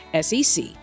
SEC